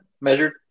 measured